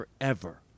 forever